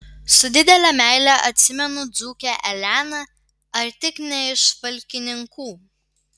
su didele meile atsimenu dzūkę eleną ar tik ne iš valkininkų